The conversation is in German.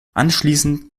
anschließend